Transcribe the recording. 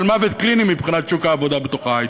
מוות קליני מבחינת שוק העבודה בתוך ההייטק,